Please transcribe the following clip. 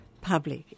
public